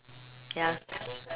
ya